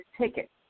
ticket